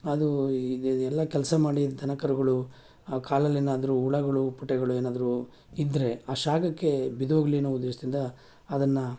ಅದು ಇದು ಎಲ್ಲ ಕೆಲಸ ಮಾಡಿ ದನಕರುಗಳು ಕಾಲಲ್ಲಿ ಏನಾದರೂ ಹುಳುಗಳು ಹುಪ್ಪಟೆಗಳು ಏನಾದರೂ ಇದ್ದರೆ ಆ ಶಾಖಕ್ಕೆ ಬಿದ್ದೋಗಲಿ ಅನ್ನೋ ಉದ್ದೇಶದಿಂದ ಅದನ್ನು